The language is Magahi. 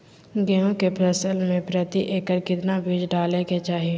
गेहूं के फसल में प्रति एकड़ कितना बीज डाले के चाहि?